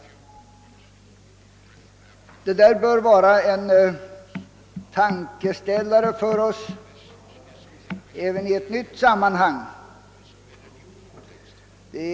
Detta bör vara en tankeställare för oss även i ett nytt sammanhang.